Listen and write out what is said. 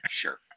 Sure